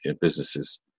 businesses